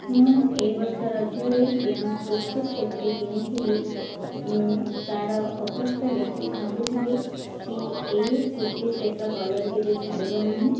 ମୁଁ ଏଇ ବର୍ଷ ରଜରେ ଯେଉଁ କୁର୍ତ୍ତୀ ସେଟ୍ଟି କିଣିଥିଲି ମୁଁ ତାର ଅବସ୍ଥା ଦେଖି ଭାବୁଥିଲି କି ଏଇ କୁର୍ତ୍ତୀ ସେଟ୍ର କଲର୍ କେବେ ଛାଡ଼ିବ ନାହିଁ